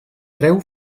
treu